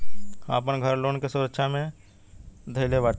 हम आपन घर लोन के सुरक्षा मे धईले बाटी